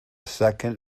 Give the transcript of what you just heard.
second